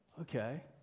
Okay